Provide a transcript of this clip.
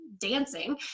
dancing